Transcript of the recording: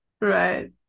Right